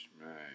right